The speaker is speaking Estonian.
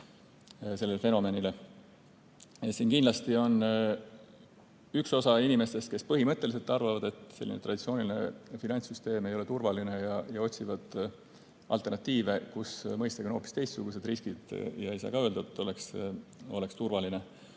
krüptovaradele. Kindlasti on üks osa inimestest, kes põhimõtteliselt arvavad, et traditsiooniline finantssüsteem ei ole turvaline, ja otsivad alternatiive, kus mõistagi on hoopis teistsugused riskid ja ei saa ka öelda, et oleks turvaline. Aga